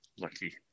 Lucky